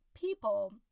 people